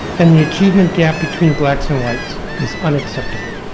and the achievement gap between blacks and whites is unacceptable.